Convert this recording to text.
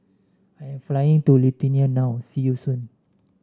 I'm flying to Lithuania now see you soon